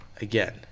again